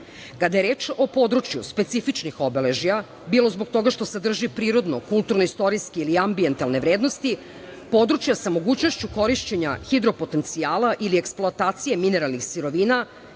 je reč o području specifičnih obeležja, bilo zbog toga što sadrže prirodne kulturno-istorijske ili ambijentalne vrednosti, područja sa mogućnošću korišćenja hidro-potencijala ili eksploatacije mineralnih sirovina